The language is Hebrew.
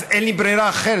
אז אין לי ברירה אחרת,